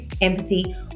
empathy